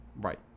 Right